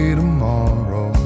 tomorrow